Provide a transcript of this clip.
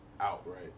outright